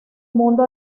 mundo